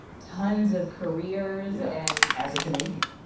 tons of careers and. as a canadian